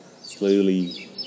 slowly